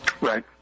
Right